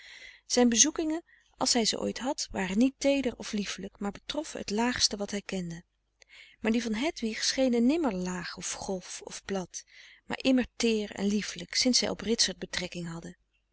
zijn bezoekingen als hij ze ooit had waren niet teeder of liefelijk maar betroffen het laagste wat hij kende maar die van hedwig schenen frederik van eeden van de koele meren des doods nimmer laag of grof of plat maar immer teer en liefelijk sints zij op ritsert betrekking hadden